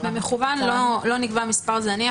לא נקבע מספר זניח,